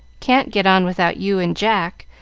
can't get on without you and jack,